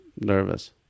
nervous